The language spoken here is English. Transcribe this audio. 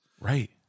Right